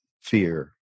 fear